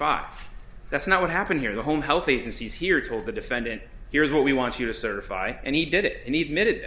five that's not what happened here the home health agencies here told the defendant here's what we want you to certify and he did it need mid